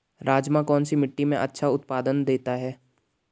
राजमा कौन सी मिट्टी में अच्छा उत्पादन देता है?